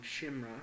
Shimra